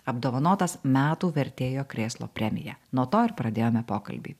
apdovanotas metų vertėjo krėslo premija nuo to ir pradėjome pokalbį